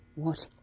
what?